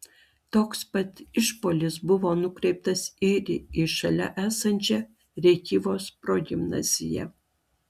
toks pat išpuolis buvo nukreiptas ir į šalia esančią rėkyvos progimnaziją